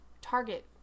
Target